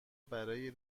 برای